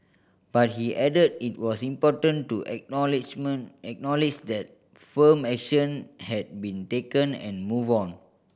but he added it was important to acknowledge that firm action had been taken and move on